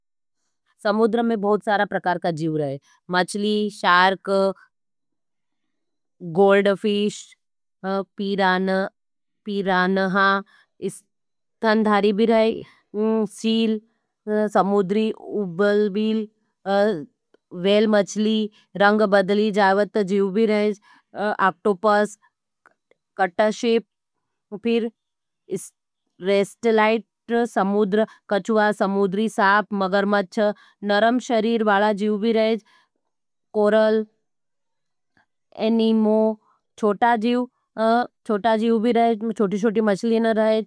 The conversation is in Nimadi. समुद्र में बहुत सारा प्रकार का जीव रहे। मचली, शार्क, गोल्ड फिष्ट, पीरानहा, स्थानधारी भी रहे हैं सील, समुद्री, उबलबील, वेल मचली, रंग बदली जावत जीव भी रहे हैं। अक्टोपस, कटा शेप, समुद्र, कच्वा, समुद्री, साप, मगर मच्च, नरम शरीर वाला जीव भी रहे हैं कोरल, एनीमो, छोटा जीव भी रहे हैं छोटी-छोटी मचली न।